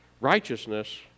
Righteousness